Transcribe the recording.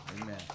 Amen